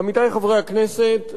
עמיתי חברי הכנסת,